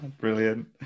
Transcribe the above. Brilliant